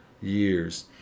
years